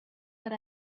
that